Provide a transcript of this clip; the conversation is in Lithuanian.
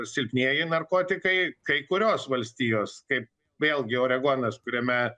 silpnieji narkotikai kai kurios valstijos kaip vėlgi oregonas kuriame